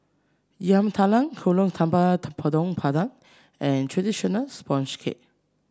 Yam Talam Kuih Talam Tepong Pandan and traditional sponge cake